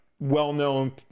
well-known